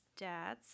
stats